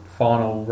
final